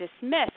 dismiss